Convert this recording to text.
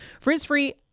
Frizz-free